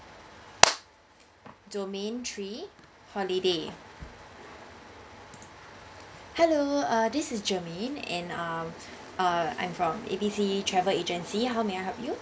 domain three holiday hello uh this is germane and um uh I'm from A_B_C travel agency how may I help you